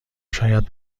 شاید